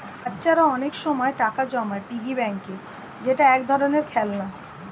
বাচ্চারা অনেক সময় টাকা জমায় পিগি ব্যাংকে যেটা এক ধরনের খেলনা